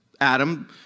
Adam